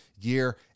year